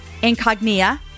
Incognia